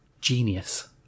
Genius